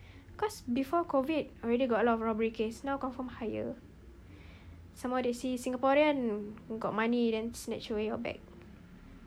cause before COVID already got a lot of robbery case now confirm higher some more they see singaporean got money then snatch away your bag